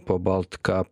po baltkap